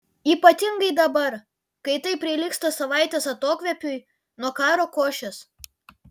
ypatingai dabar kai tai prilygsta savaitės atokvėpiui nuo karo košės